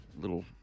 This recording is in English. little